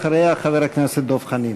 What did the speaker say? אחריה, חבר הכנסת דב חנין.